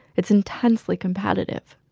it's intensely competitive